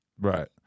right